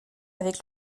avec